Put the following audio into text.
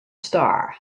star